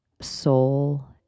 soul